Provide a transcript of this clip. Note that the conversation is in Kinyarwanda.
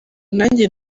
nanjye